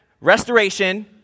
Restoration